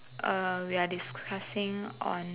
uh we are discussing on